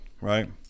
right